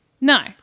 No